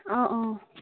অঁ অঁ